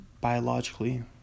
biologically